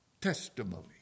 testimony